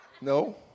No